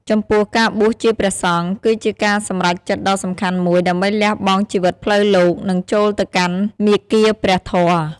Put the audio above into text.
ចំពោះការបួសជាព្រះសង្ឃ គឺជាការសម្រេចចិត្តដ៏សំខាន់មួយ ដើម្បីលះបង់ជីវិតផ្លូវលោក និងចូលទៅកាន់មាគ៌ាព្រះធម៌។